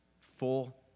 full